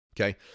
Okay